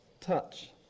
touch